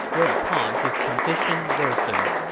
whereupon his condition worsened.